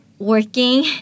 working